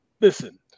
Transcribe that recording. Listen